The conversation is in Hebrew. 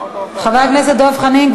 חבר הכנסת דב חנין,